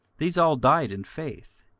these all died in faith,